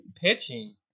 pitching